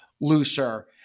looser